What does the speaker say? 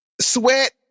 sweat